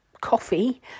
coffee